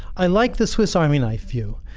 i like the swiss army knife view.